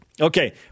Okay